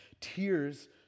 tears